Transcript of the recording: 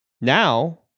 Now